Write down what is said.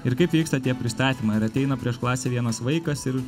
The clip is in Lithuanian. ir kaip vyksta tie pristatymai ar ateina prieš klasę vienas vaikas ir